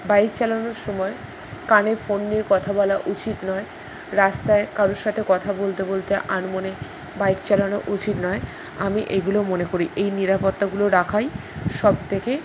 bike চালানোর সময় কানে ফোন নিয়ে কথা বলা উচিত নয় রাস্তায় কারোর সাথে কথা বলতে বলতে আনমনে বাইক চালানো উচিত নয় আমি এগুলো মনে করি এই নিরাপত্তাগুলো রাখাই সব থেকে